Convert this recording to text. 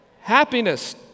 Happiness